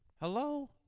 hello